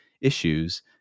issues